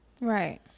Right